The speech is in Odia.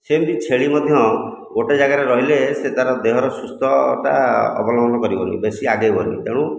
ସେମିତି ଛେଳି ମଧ୍ୟ ଗୋଟିଏ ଯାଗାରେ ରହିଲେ ସେ ତା'ର ଦେହର ସୁସ୍ଥତା ଅବଲମ୍ବନ କରିବନି ବେଶି ଆଗେଇବନି ତେଣୁ